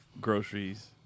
groceries